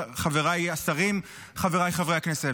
חבריי השרים, חבריי חברי הכנסת,